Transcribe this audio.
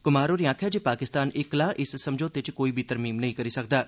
कुमार होरें आखेआ जे पाकिस्तान इक्कला इस समझौते च कोई बी तरमीम नेईं करी सकदा ऐ